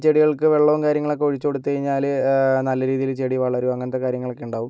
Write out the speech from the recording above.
ചെടികൾക്ക് വെള്ളവും കാര്യങ്ങളൊക്കെ ഒഴിച്ച് കൊടുത്തു കഴിഞ്ഞാല് നല്ല രീതിയില് ചെടി വളരും അങ്ങനത്തെ കാര്യങ്ങളൊക്കെ ഉണ്ടാവും